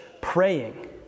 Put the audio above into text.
praying